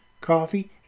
coffee